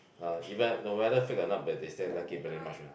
uh even no matter fake or not but they still like it very much mah